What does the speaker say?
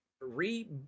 re